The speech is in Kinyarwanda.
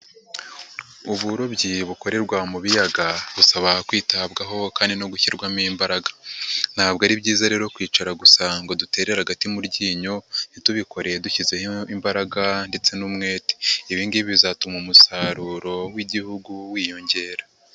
Uburobyi bukorerwa mu biyaga busaba kwitabwaho kandi no gushyirwamo imbaraga, ntabwo ari byiza rero kwicara gusa ngo dutere agati mu ryinyo, ntitubikore dushyizeho imbaraga ndetse n'umwete, ibi ngibi bizatuma umusaruro w'Igihugu wiyongera.